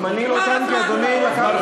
זמני לא תם כי אדוני לקח דקה מזמני.